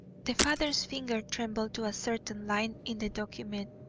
the father's finger trembled to a certain line in the document,